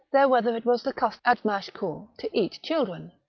there whether it was the custom at machecoul to eat children.